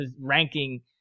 ranking